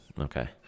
Okay